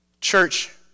church